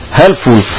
helpful